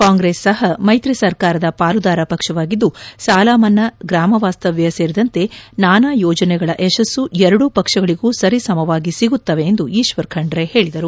ಕಾಂಗ್ರೆಸ್ ಸಹ ಮೈತಿ ಸರ್ಕಾರದ ಪಾಲುದಾರ ಪಕ್ಷವಾಗಿದ್ದು ಸಾಲಮನ್ನಾ ಗ್ರಾಮ ವಾಸ್ತವ್ಯ ಸೇರಿದಂತೆ ನಾನಾ ಯೋಜನೆಗಳ ಯಶಸ್ಸು ಎರಡೂ ಪಕ್ಷಗಳಿಗೂ ಸರಿಸಮವಾಗಿ ಸಿಗುತ್ತದೆ ಎಂದು ಈಶ್ವರ್ ಖಂಡ್ರೆ ಹೇಳಿದರು